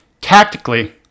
Tactically